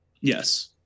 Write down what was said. Yes